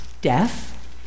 death